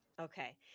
Okay